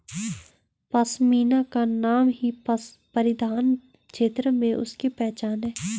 पशमीना का नाम ही परिधान क्षेत्र में उसकी पहचान है